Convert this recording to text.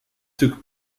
took